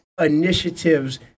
initiatives